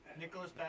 Nicholas